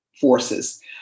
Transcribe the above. forces